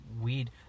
weed